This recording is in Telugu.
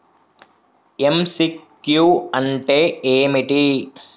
ఎమ్.సి.క్యూ అంటే ఏమిటి?